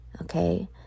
okay